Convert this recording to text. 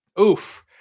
Oof